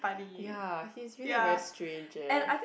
ya he is really very strange eh